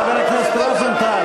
חבר הכנסת רוזנטל,